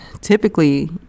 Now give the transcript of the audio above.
typically